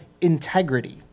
integrity